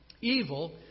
Evil